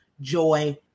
joy